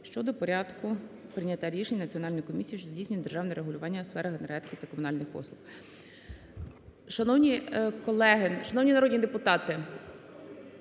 щодо порядку прийняття рішень Національною комісією, що здійснює держане регулювання у сферах енергетики та комунальних послуг. Шановні колеги, шановні народні депутати,